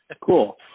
Cool